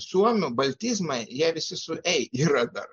suomių baltizmai jie visi su ei yra dar